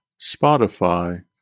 Spotify